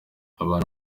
abana